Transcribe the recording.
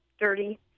dirty